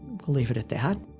we'll leave it at that.